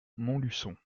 montluçon